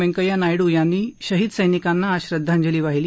वेंकय्या नायडू यांनी शहीद सैनिकांना आज श्रद्वांजली वाहिली